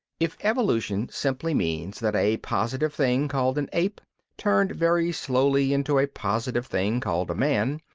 if evolution simply means that a positive thing called an ape turned very slowly into a positive thing called a man,